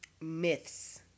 myths